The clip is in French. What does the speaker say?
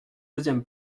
deuxième